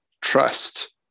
trust